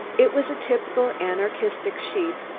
it was a typical anarchistic sheet,